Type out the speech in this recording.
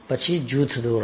પછી જૂથ ધોરણો